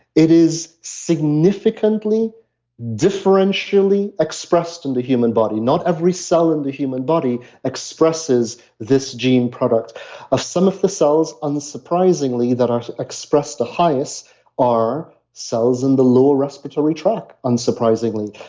it is significantly differentially expressed in the human body. not every cell in the human body expresses this gene product some of the cells unsurprisingly, that are expressed the highest are cells in the lower respiratory tract unsurprisingly,